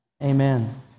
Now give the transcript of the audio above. Amen